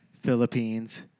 Philippines